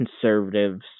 conservatives